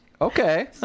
Okay